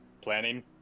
planning